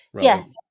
Yes